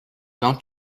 don’t